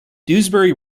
dewsbury